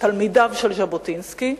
תלמידיו של ז'בוטינסקי,